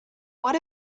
what